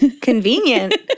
Convenient